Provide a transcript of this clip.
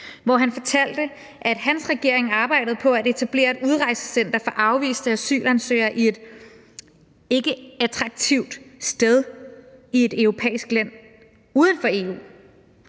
han fortalte, at hans regering arbejdede på at etablere et udrejsecenter for afviste asylansøgere på et ikkeattraktivt sted i et europæisk land uden for EU.